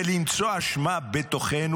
ולמצוא אשמה בתוכנו,